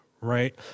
right